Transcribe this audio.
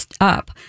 up